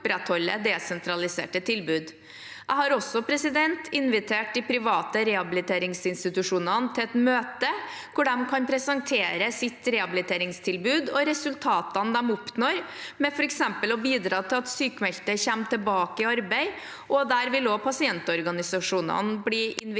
Jeg har også invitert de private rehabiliteringsinstitusjonene til et møte hvor de kan presentere sitt rehabiliteringstilbud og resultatene de oppnår ved f.eks. å bidra til at sykmeldte kommer tilbake i arbeid. Pasientorganisasjonene vil også bli invitert